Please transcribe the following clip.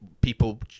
people